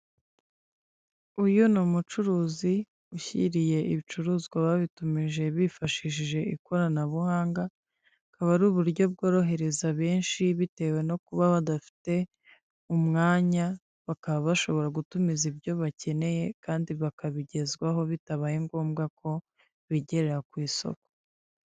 Uyu ni umucuruzi ushyiriye ibicuruzwa aba bitumije bifashishije ikoranabuhanga, akaba ari uburyo bworohereza benshi bitewe no kuba badafite umwanya, bakaba bashobora gutumiza ibyo bakeneye kandi bakabigezwaho bitabaye ngombwa ko bigerera ku isoko.